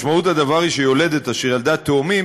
משמעות הדבר היא שיולדת אשר ילדה תאומים